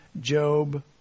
Job